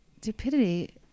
Stupidity